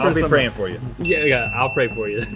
um be prayin' for ya. yeah yeah, i'll pray for ya.